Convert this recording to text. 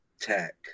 tech